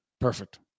Perfect